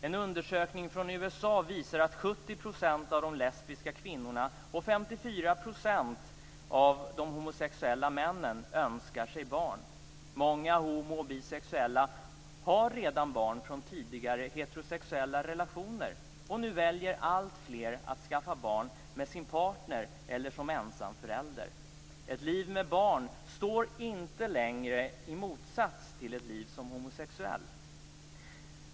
En undersökning från Många homo och bisexuella har redan barn från tidigare heterosexuella relationer, och nu väljer alltfler att skaffa barn med sin partner eller som ensamförälder. Ett liv med barn står inte längre i motsats till ett liv som homosexuell.